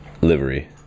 livery